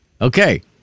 Okay